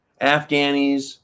Afghanis